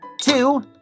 two